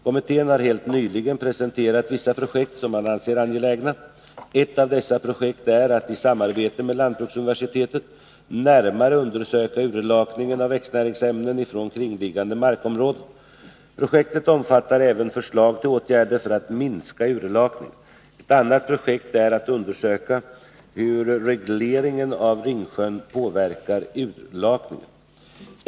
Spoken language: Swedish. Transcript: Kommittén har helt nyligen presenterat vissa projekt som man anser angelägna. Ett av dessa projekt är att i samarbete med lantbruksuniversitetet närmare undersöka urlakningen av växtnäringsämnen från kringliggande markområden. Projektet omfattar även förslag till åtgärder för att minska urlakningen. Ett annat projekt är att undersöka hur regleringen av Ringsjön påverkar urlakningen.